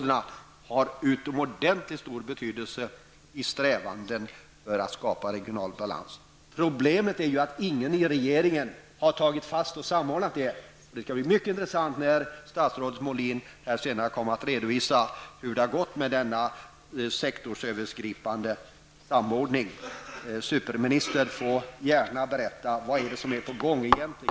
Dessa områden har utomordentligt stor betydelse för strävandena att skapa regional balans. Problemet är att ingen i regeringen har tagit fasta på detta och samordnat politiken. Det skall bli mycket intressant när statsrådet Molin här senare kommer att redovisa hur det har gått med denna sektors övergripande samordning. Superministern får gärna berätta vad som egentligen är på gång i dessa frågor.